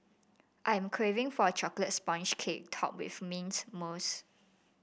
I am craving for a chocolate sponge cake topped with mint mousse